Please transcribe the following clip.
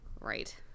Right